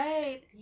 Right